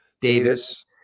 Davis